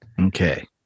Okay